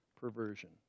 perversion